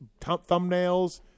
thumbnails